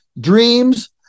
dreams